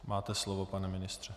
Máte slovo, pane ministře.